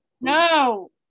No